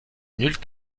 nulle